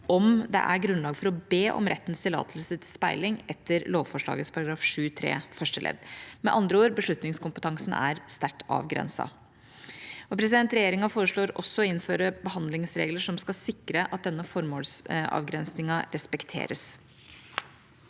om det er grunnlag for å be om rettens tillatelse til speiling etter lovforslagets § 7-3 første ledd. Med andre ord: Beslutningskompetansen er sterkt avgrenset. Regjeringa foreslår også å innføre behandlingsregler som skal sikre at denne formålsavgrensningen respekteres.